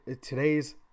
today's